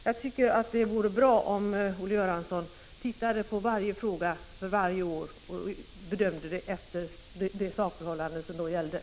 Jag tycker att det vore bra om Olle Göransson tittade på varje fråga för varje år och bedömde efter det sakförhållande som då gäller.